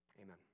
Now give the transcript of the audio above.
Amen